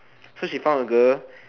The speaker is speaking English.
so she found a girl